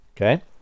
Okay